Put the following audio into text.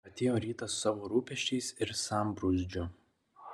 atėjo rytas su savo rūpesčiais ir sambrūzdžiu